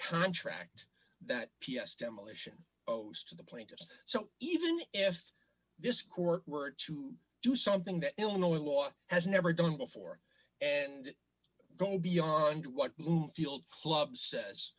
contract that p s demolition owes to the plaintiffs so even if this court were to do something that illinois law has never done before and go beyond what bloomfield club says